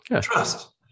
Trust